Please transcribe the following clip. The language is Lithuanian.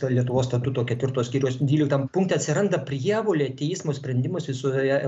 lietuvos statuto ketvirto skyriaus dvylikam punkte atsiranda prievolė teismo sprendimas visoje